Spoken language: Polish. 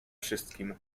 wszystkim